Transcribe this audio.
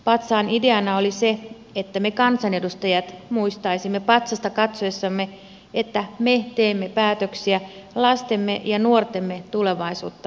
patsaan ideana oli se että me kansanedustajat muistaisimme patsasta katsoessamme että me teemme päätöksiä lastemme ja nuortemme tulevaisuutta varten